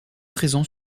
présent